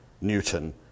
Newton